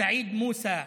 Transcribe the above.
סעיד מוסא,